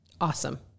awesome